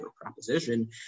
proposition